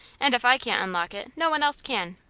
and if i can't unlock it no one else can,